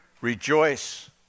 Rejoice